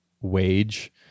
wage